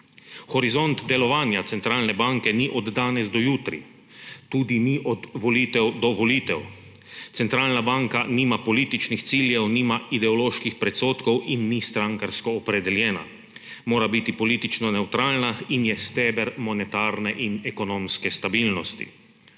Horizont delovanja centralne banke ni od danes do jutri, tudi ni od volitev do volitev, centralna banka nima političnih ciljev, nima ideoloških predsodkov in ni strankarsko opredeljena. Mora biti politično nevtralna in je steber monetarne in ekonomske stabilnosti.